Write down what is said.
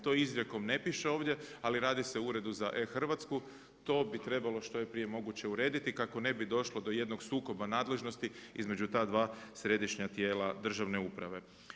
To izrijekom ne piše ovdje, ali se o Uredu za e-Hrvatsku, to bi trebalo što je prije moguće urediti kako ne bi došlo do jednog sukoba nadležnosti između ta dva središnja tijela državne uprave.